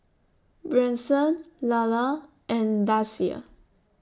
Branson Lalla and Dasia